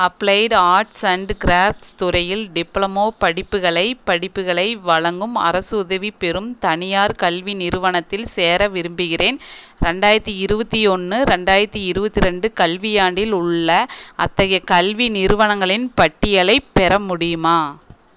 applied arts and crafts துறையில் diploma படிப்புகளை படிப்புகளை வழங்கும் அரசு உதவி பெறும் தனியார் கல்வி நிறுவனத்தில் சேர விரும்புகிறேன் ரெண்டாயிரத்தி இருபத்தி ஒன்று ரெண்டாயிரத்தி இருபத்தி ரெண்டு கல்வியாண்டில் உள்ள அத்தகைய கல்வி நிறுவனங்களின் பட்டியலைப் பெற முடியுமா